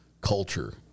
culture